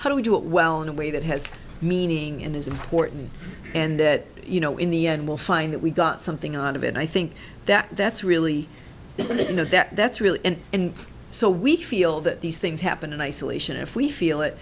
how do we do it well in a way that has meaning and is important and that you know in the end will find that we've got something out of it i think that that's really you know that that's really and so we feel that these things happen in isolation we feel it